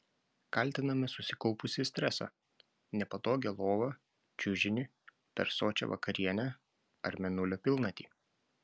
kaltiname susikaupusį stresą nepatogią lovą čiužinį per sočią vakarienę ar mėnulio pilnatį